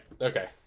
Okay